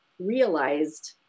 realized